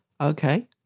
Okay